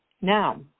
Now